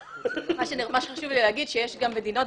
מה שחשוב לי להגיד זה שיש גם מדינות,